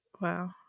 wow